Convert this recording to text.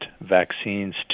vaccines